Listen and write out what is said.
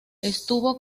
estuvo